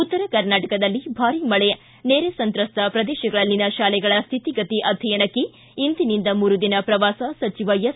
ಉತ್ತರ ಕರ್ನಾಟಕದಲ್ಲಿ ಭಾರೀ ಮಳೆ ನೆರೆ ಸಂತ್ರಸ್ತ ಪ್ರದೇಶಗಳಲ್ಲಿನ ಶಾಲೆಗಳ ಸ್ಥಿತಿಗತಿ ಅಧ್ಯಯನಕ್ಕೆ ಇಂದಿನಿಂದ ಮೂರು ದಿನ ಪ್ರವಾಸ ಸಚಿವ ಎಸ್